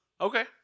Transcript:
Okay